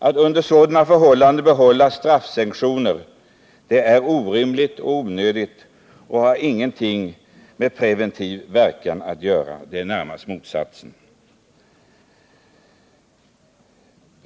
Att under sådana förhållanden behålla straffsanktioner är orimligt och onödigt och har ingen preventiv verkan, snarare motsatsen.